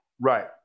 Right